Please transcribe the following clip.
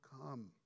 come